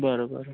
बरं बरं